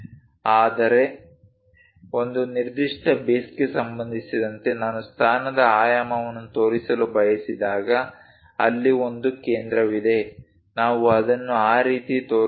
ಆದರೆ ಒಂದು ನಿರ್ದಿಷ್ಟ ಬೇಸ್ಗೆ ಸಂಬಂಧಿಸಿದಂತೆ ನಾನು ಸ್ಥಾನದ ಆಯಾಮವನ್ನು ತೋರಿಸಲು ಬಯಸಿದಾಗ ಅಲ್ಲಿ ಒಂದು ಕೇಂದ್ರವಿದೆ ನಾವು ಅದನ್ನು ಆ ರೀತಿಯಲ್ಲಿ ತೋರಿಸುತ್ತೇವೆ